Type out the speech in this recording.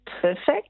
perfect